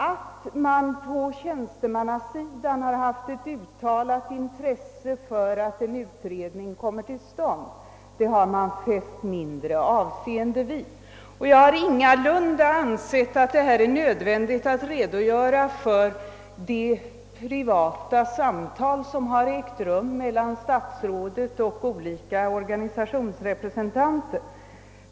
Att det på tjänstemannasidan har funnits ett uttalat intresse för att en utredning skulle komma till stånd har man däremot fäst mindre avseende vid. Jag har ingalunda ansett det vara nödvändigt att få redogjort för de privata samtal som har ägt rum mellan statsrådet och olika organisationsrepresentanter.